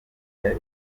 yari